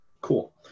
Cool